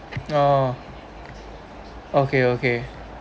ah okay okay